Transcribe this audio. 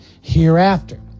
hereafter